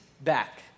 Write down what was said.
back